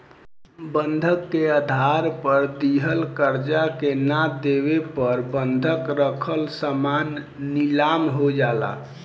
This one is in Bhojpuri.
बंधक के आधार पर दिहल कर्जा के ना देवे पर बंधक रखल सामान नीलाम हो जाला